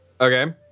Okay